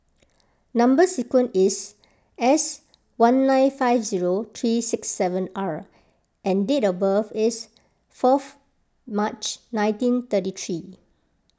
Number Sequence is S one nine five zero three six seven R and date of birth is forth March nineteen thirty three